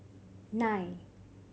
nine